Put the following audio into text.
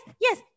yes